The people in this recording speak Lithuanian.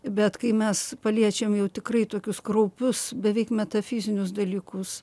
bet kai mes paliečiam jau tikrai tokius kraupius beveik metafizinius dalykus